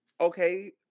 Okay